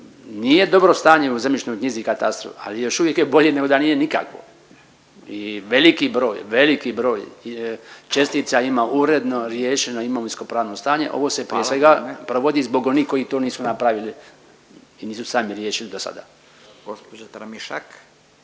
nije dobro stanje u zemljišnoj knjizi i katastru, ali još uvijek je bolje nego da nije nikako. I veliki broj, veliki broj čestica ima uredno riješeno imovinskopravno stanje, ovo se prije …/Upadica Radin: Hvala, vrijeme./… provodi zbog onih koji to nisu napravili i nisu sami riješili do sada. **Radin, Furio